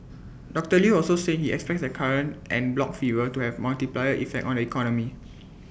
doctor Lew also said he expects the current en bloc fever to have multiplier effect on the economy